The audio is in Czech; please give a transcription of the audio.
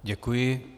Děkuji.